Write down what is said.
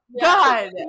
God